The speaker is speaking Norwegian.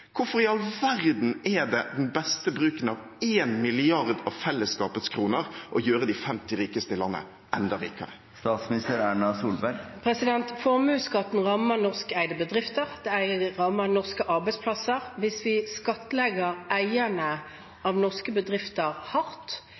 Hvorfor i all verden er den beste bruken av en milliard av fellesskapets kroner å gjøre de 50 rikeste i landet enda rikere? Formuesskatten rammer norskeide bedrifter. Det rammer norske arbeidsplasser. Hvis vi skattlegger eierne av norske bedrifter hardt,